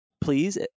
please